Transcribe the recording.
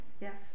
Yes